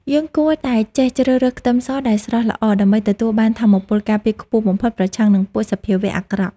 យើងគួរតែចេះជ្រើសរើសខ្ទឹមសដែលស្រស់ល្អដើម្បីទទួលបានថាមពលការពារខ្ពស់បំផុតប្រឆាំងនឹងពួកសភាវៈអាក្រក់។